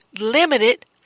limited